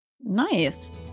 Nice